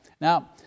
Now